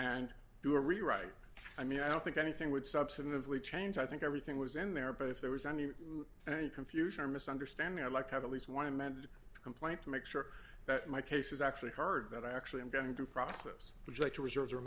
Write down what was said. and do a rewrite i mean i don't think anything would substantively change i think everything was in there but if there was any confusion or misunderstanding i'd like to have at least one amended complaint to make sure that my case is actually heard that i actually i'm going to process w